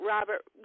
Robert